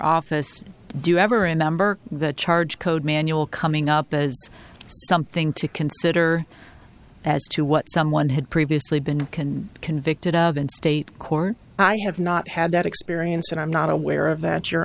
office do you ever a number the charge code manual coming up as something to consider as to what someone had previously been can convicted of and state court i have not had that experience and i'm not aware of that you